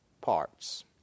parts